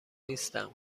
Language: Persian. نیستم